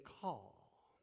call